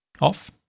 off